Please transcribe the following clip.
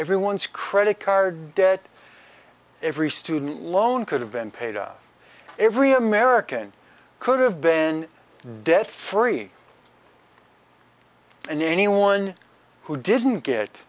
everyone's credit card debt every student loan could have been paid every american could have been debt free and anyone who didn't get